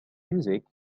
music